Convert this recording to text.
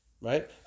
right